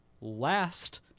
last